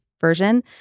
version